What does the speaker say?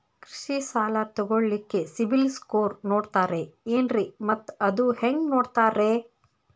ಕೃಷಿ ಸಾಲ ತಗೋಳಿಕ್ಕೆ ಸಿಬಿಲ್ ಸ್ಕೋರ್ ನೋಡ್ತಾರೆ ಏನ್ರಿ ಮತ್ತ ಅದು ಹೆಂಗೆ ನೋಡ್ತಾರೇ?